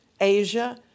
Asia